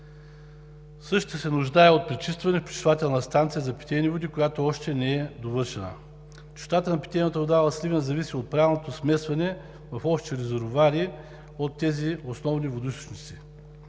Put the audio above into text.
Същият се нуждае от пречистване в пречиствателна станция за питейни води, която още не е довършена. Чистотата на питейната вода в Сливен зависи от правилното смесване в общи резервоари от тези основни водоизточници.